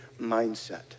mindset